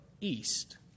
East